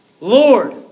Lord